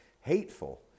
hateful